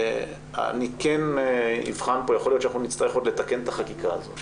יכול להיות שאנחנו נצטרך עוד לתקן את החקיקה הזאת